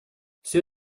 все